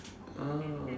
oh